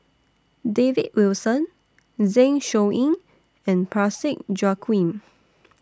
David Wilson Zeng Shouyin and Parsick Joaquim